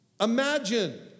Imagine